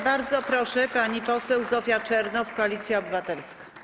Bardzo proszę, pani poseł Zofia Czernow, Koalicja Obywatelska.